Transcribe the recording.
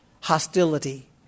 hostility